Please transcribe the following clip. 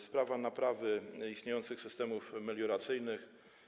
Sprawa naprawy istniejących systemów melioracyjnych.